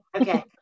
Okay